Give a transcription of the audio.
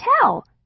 tell